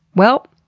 well,